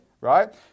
right